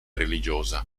religiosa